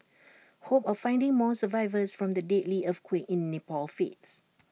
hope of finding more survivors from the deadly earthquake in Nepal fades